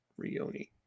Rioni